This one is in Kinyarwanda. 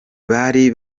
bari